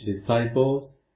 disciples